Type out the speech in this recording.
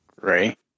Right